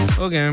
Okay